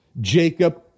Jacob